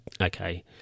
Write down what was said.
Okay